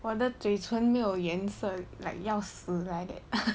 我的嘴唇没有颜色 like 要死 like that